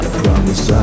promise